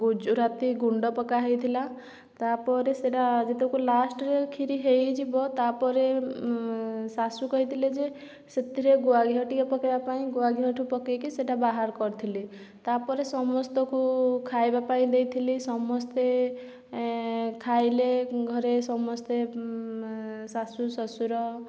ଗୁଜୁରାତି ଗୁଣ୍ଡ ପକାହେଇଥିଲା ତା ପରେ ସେଇଟା ଯେତେବେଳକୁ ଲାଷ୍ଟରେ କ୍ଷିରି ହେଇଯିବ ତା ପରେ ଶାଶୁ କହିଥିଲେ ଯେ ସେଥିରେ ଗୁଆଘିଅ ଟିକେ ପକେଇବା ପାଇଁ ଗୁଆଘିଅ ହେଠୁ ପକେଇକି ସେଇଟା ବାହାର କରିଥିଲି ତା ପରେ ସମସ୍ତଙ୍କୁ ଖାଇବା ପାଇଁ ଦେଇଥିଲି ସମସ୍ତେ ଖାଇଲେ ଘରେ ସମସ୍ତେ ଶାଶୁ ଶଶୁର